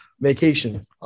vacation